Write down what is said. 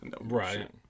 Right